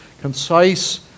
concise